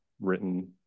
written